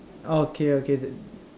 oh okay okay th~